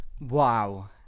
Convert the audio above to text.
Wow